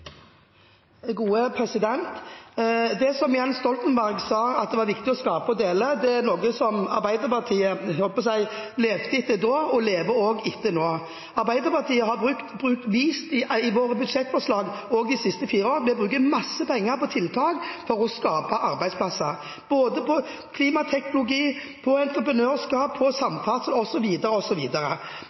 Stoltenberg sa, at det er viktig å skape for å dele, er noe Arbeiderpartiet levde etter da og lever etter nå. Arbeiderpartiet har vist i våre budsjettforslag, også de siste fire årene, at vi bruker masse penger på tiltak for å skape arbeidsplasser – både innen klimateknologi, entreprenørskap,